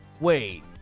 Wait